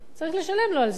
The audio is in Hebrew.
צריך לשלם לו על זה,